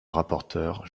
rapporteure